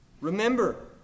Remember